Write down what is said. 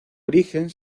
origen